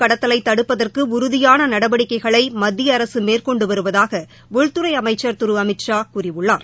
கடத்தலைதடுப்பதற்குஉறுதியானநடவடிக்கைகளைமத்தியஅரசுமேற்கொண்டுவருவதாகஉள்துறைஅளை மச்சர் திருஅமித்ஷா கூறியுள்ளார்